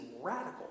radical